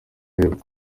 y’epfo